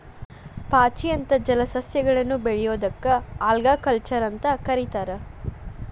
ಪಾಚಿ ಅಂತ ಜಲಸಸ್ಯಗಳನ್ನ ಬೆಳಿಯೋದಕ್ಕ ಆಲ್ಗಾಕಲ್ಚರ್ ಅಂತ ಕರೇತಾರ